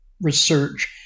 research